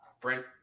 Brent